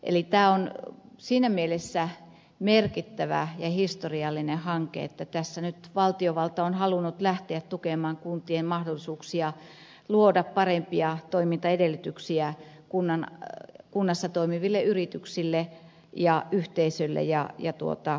eli tämä on siinä mielessä merkittävä ja historiallinen hanke että tässä nyt valtiovalta on halunnut lähteä tukemaan kuntien mahdollisuuksia luoda parempia toimintaedellytyksiä kunnassa toimiville yrityksille ja yhteisöille ja kansalaisille